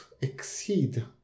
exceed